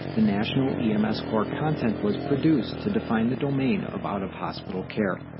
the national ems core content was produced to define the domain of out-of-hospital care.